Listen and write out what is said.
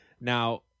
Now